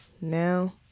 now